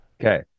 okay